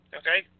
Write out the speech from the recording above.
okay